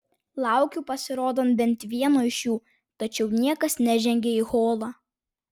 laukiu pasirodant bent vieno iš jų tačiau niekas nežengia į holą